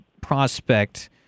prospect